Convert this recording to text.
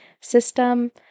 system